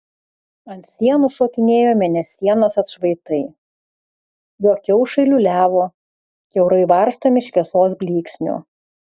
ant sienų šokinėjo mėnesienos atšvaitai jo kiaušai liūliavo kiaurai varstomi šviesos blyksnių